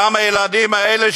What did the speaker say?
למה הילדים האלה,